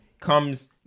comes